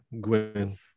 Gwen